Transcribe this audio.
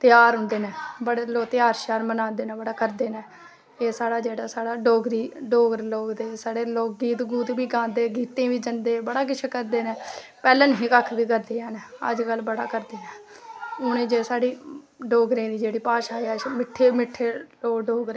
ध्याहर होंदे नै बड़े लोग ध्यार श्यार मनांदे नै बड़े करदे नै एह् साढ़ा जेह्ड़ा साढ़ा डोगरी डोगरे लोग साढ़े लोग गीत गूत बी गांदे गीतें बी जंदे बड़ा किश करदे नै पाह्लैं नी हे कक्ख बी करदे हैन अज्ज कल बड़ करदे हून जे साढ़ी डोगरें दी जेह्ड़ी भाशा ऐ मिट्ठे मिट्ठे लोग डोगरे